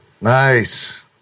Nice